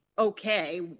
okay